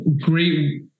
great